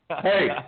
Hey